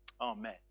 Amen